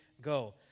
go